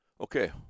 Okay